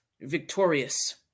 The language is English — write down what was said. victorious